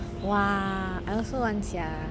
!wah! I also want sia